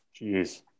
Jeez